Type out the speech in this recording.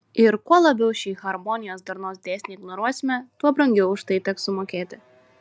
ir kuo labiau šį harmonijos darnos dėsnį ignoruosime tuo brangiau už tai teks sumokėti